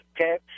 Okay